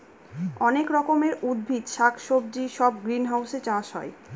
অনেক রকমের উদ্ভিদ শাক সবজি সব গ্রিনহাউসে চাষ হয়